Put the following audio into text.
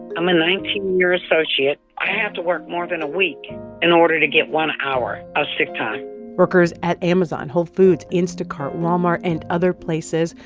i'm a nineteen year associate. i have to work more than a week in order to get one hour of sick time workers at amazon, whole foods, instacart, walmart and other places,